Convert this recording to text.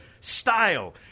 style